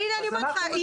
אז הנה אני אומרת לך,